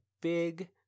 big